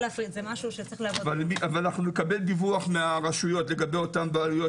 אבל אנחנו נקבל דיווח מהרשויות לגבי אותן בעלויות